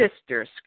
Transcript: sisters